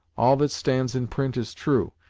all that stands in print is true,